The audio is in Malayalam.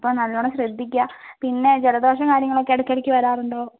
അപ്പോൾ നല്ലവണ്ണം ശ്രദ്ധിക്കുക പിന്നെ ജലദോഷം കാര്യങ്ങളൊക്കെ ഇടയ്ക്കിടയ്ക്ക് വരാറുണ്ടോ